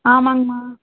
ஆமாங்கம்மா